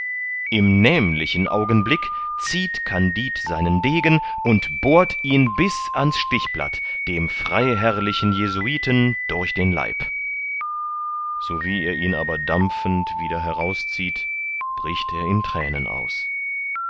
im nämlichen augenblick zieht kandid seinen degen und bohrt ihn bis ans stichblatt dem freiherrrlichen jesuiten durch den leib so wie er ihn aber dampfend wieder herauszieht bricht er in thränen aus